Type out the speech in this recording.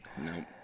Nope